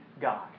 God